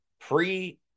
pre